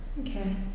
Okay